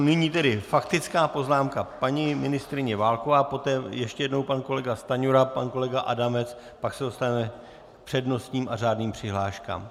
Nyní tedy faktická poznámka: paní ministryně Válková, poté ještě jednou pan kolega Stanjura, pan kolega Adamec, pak se dostaneme k přednostním a řádným přihláškám.